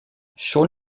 schon